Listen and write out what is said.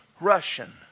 Russian